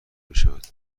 میشود